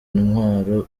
intwaro